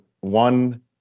one